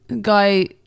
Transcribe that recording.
Guy